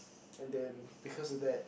and then because of that